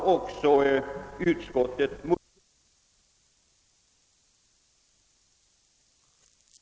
Med hänsyn till utskottets svaga motivering ber jag att få yrka bifall till motionen.